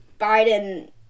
Biden